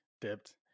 dipped